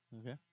Okay